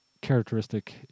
characteristic